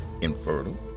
infertile